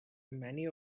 many